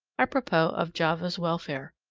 apropos of java's welfare.